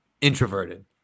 introverted